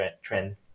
trend